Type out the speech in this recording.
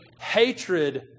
hatred